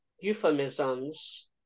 euphemisms